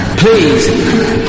Please